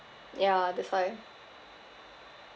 ya that's why